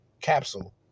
Capsule